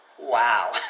Wow